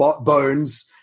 bones